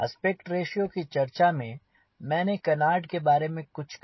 aspect ratio की चर्चा में मैंने कनार्ड के बारे में कुछ कहा